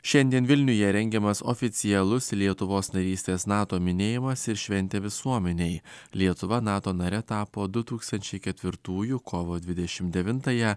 šiandien vilniuje rengiamas oficialus lietuvos narystės nato minėjimas ir šventė visuomenei lietuva nato nare tapo du tūkstančiai ketvirtųjų kovo dvidešimt devintąją